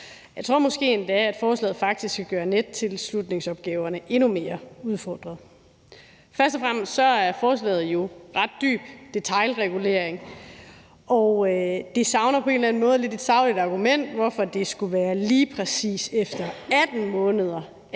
Jeg tror måske endda, at forslaget faktisk vil gøre det endnu mere udfordrende i forhold til nettilslutningsopgaverne. Først og fremmest handler forslaget jo om ret dyb detailregulering, og det savner på en eller anden måde lidt et sagligt argument, i forhold til hvorfor det skulle være lige præcis efter 18 måneder,